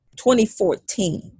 2014